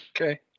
Okay